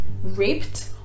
raped